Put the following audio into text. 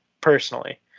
personally